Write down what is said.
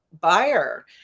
buyer